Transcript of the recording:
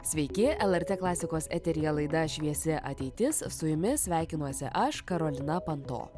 sveiki lrt klasikos eteryje laida šviesi ateitis su jumis sveikinuosi aš karolina panto